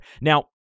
now